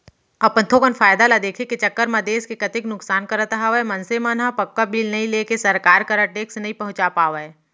अपन थोकन फायदा ल देखे के चक्कर म देस के कतेक नुकसान करत हवय मनसे मन ह पक्का बिल नइ लेके सरकार करा टेक्स नइ पहुंचा पावय